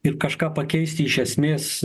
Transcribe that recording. ir kažką pakeisti iš esmės